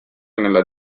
nella